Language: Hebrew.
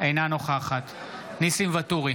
אינה נוכחת ניסים ואטורי,